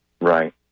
Right